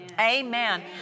Amen